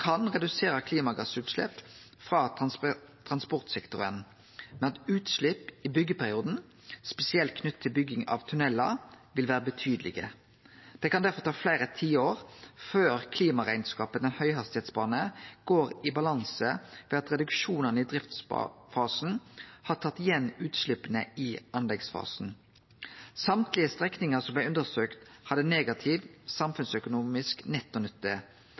kan redusere klimagassutslepp frå transportsektoren, men at utslepp i byggjeperioden, spesielt knytte til bygging av tunnelar, vil vere betydelege. Det kan derfor ta fleire tiår før klimarekneskapen med høghastigheitsbane går i balanse ved at reduksjonane i driftsfasen har tatt igjen utsleppa i anleggsfasen. Alle strekningane som blei undersøkte, hadde negativ samfunnsøkonomisk nettonytte